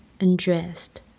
undressed